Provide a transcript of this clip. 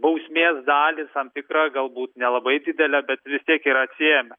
bausmės dalys tam tikra galbūt nelabai didelė bet vis tiek yra atsiėmę